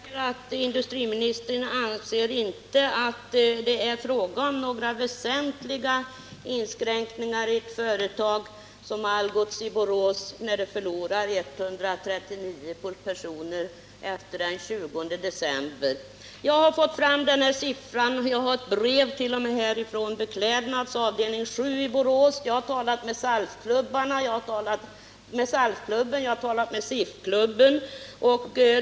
Herr talman! Jag märker att industriministern anser att det inte är fråga om några väsentliga inskränkningar vid Algots i Borås, trots att företaget efter den 20 december förlorat 139 anställda. Den här siffran stämmer. Jag har t.o.m. ett brev från Beklädnads avdelning 7 i Borås, i vilket detta antal uppges. Vidare har jag talat med SALF-klubben och med SIF-klubben.